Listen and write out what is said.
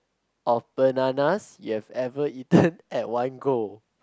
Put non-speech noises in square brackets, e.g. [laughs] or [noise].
of bananas you've ever eaten [laughs] at one go